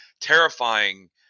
terrifying